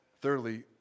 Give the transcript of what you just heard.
Thirdly